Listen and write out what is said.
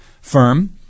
firm